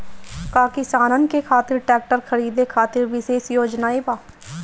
का किसानन के खातिर ट्रैक्टर खरीदे खातिर विशेष योजनाएं बा?